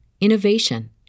innovation